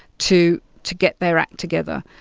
to to get their act together.